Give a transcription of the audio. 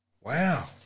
Wow